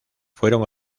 fueron